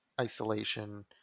isolation